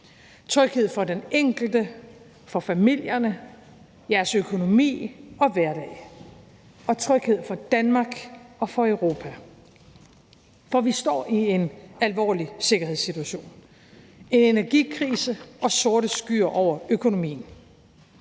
tryghed for den enkelte, for familierne, for jeres økonomi og hverdag og tryghed for Danmark og for Europa. For vi står i en alvorlig sikkerhedssituation. Der er en energikrise og sorte skyer over økonomien.